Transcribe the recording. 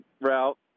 route